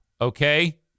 okay